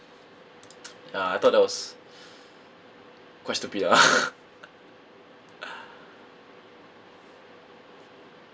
ya I thought that was quite stupid lah